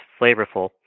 flavorful